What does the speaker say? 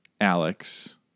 Alex